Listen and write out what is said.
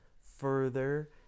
further